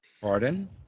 Pardon